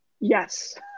yes